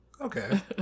Okay